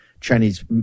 Chinese